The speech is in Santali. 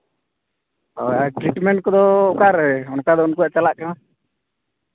ᱦᱳᱭ ᱴᱨᱤᱴᱢᱮᱱᱴ ᱠᱚᱫᱚ ᱚᱠᱟᱨᱮ ᱚᱱᱠᱟ ᱫᱚ ᱩᱱᱠᱩᱣᱟᱜ ᱪᱟᱞᱟᱜ ᱠᱟᱱᱟ